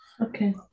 okay